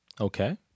Okay